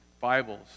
Bibles